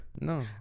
no